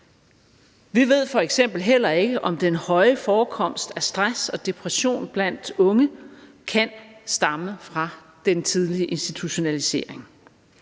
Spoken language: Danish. Vi ved f.eks. heller ikke, om den høje forekomst af stress og depression blandt unge kan stamme fra den tidlige institutionalisering.